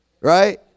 right